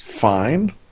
fine